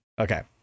Okay